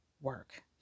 work